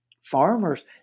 farmers